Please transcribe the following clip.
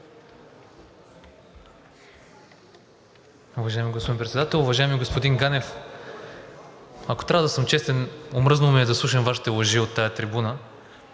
Уважаеми господин Председател! Уважаеми господин Ганев, ако трябва да съм честен, омръзнало ми е да слушам Вашите лъжи от тази трибуна.